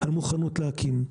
על מוכנות להקים.